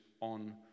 On